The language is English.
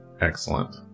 Excellent